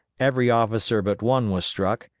every officer but one was struck,